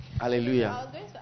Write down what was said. Hallelujah